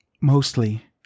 mostly